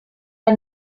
our